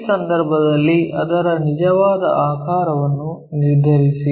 ಈ ಸಂದರ್ಭದಲ್ಲಿ ಅದರ ನಿಜವಾದ ಆಕಾರವನ್ನು ನಿರ್ಧರಿಸಿ